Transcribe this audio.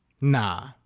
Nah